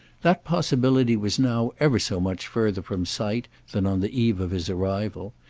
that possibility was now ever so much further from sight than on the eve of his arrival,